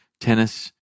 tennis